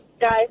guys